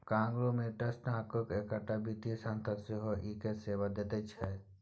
conglomerates नामकेँ एकटा वित्तीय संस्था सेहो इएह सेवा दैत छै